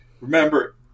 remember